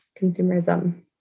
consumerism